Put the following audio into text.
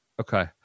Okay